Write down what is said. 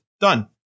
Done